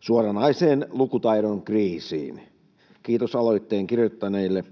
suoranaiseen lukutaidon kriisiin. Kiitos aloitteen allekirjoittaneille!